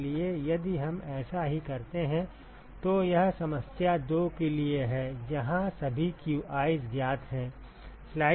इसलिए यदि हम ऐसा ही करते हैं तो यह समस्या 2 के लिए है जहां सभी qi's ज्ञात हैं